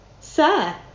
Sir